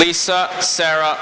lease sarah